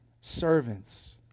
servants